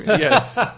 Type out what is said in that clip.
Yes